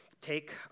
take